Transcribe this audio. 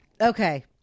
okay